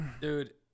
Dude